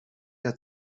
der